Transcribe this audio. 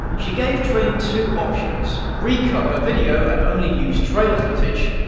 she gave trin two options recut her video and only used trailer footage,